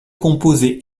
composée